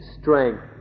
strength